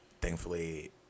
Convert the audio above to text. thankfully